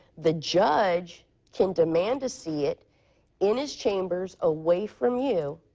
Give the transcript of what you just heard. the judge can demand to see it in his chambers away from you,